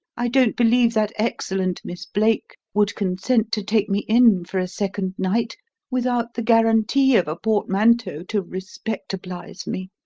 i don't believe that excellent miss blake would consent to take me in for a second night without the guarantee of a portmanteau to respectablise me.